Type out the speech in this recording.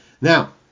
Now